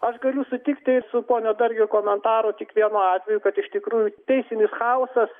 aš galiu sutikti su pono dargio komentarų tik vienu atveju kad iš tikrųjų teisinis chaosas